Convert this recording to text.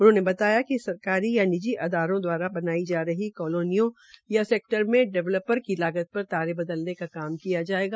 उन्होंने बताया कि सरकारी या निजी अदारों द्वारा बनाई जा रही कालोनियों या सेक्टर में डीवेलपर की लागत पर तारें बदलने का काम किया जायेगा